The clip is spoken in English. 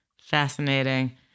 Fascinating